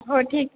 हो ठीक